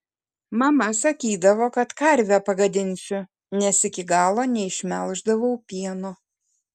mama sakydavo kad karvę pagadinsiu nes iki galo neišmelždavau pieno